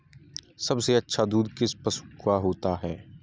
सबसे अच्छा दूध किस पशु का होता है?